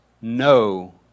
No